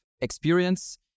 experience